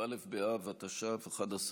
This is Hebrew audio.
כ"א באב התש"ף, 11